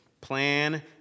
plan